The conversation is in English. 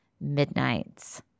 Midnight's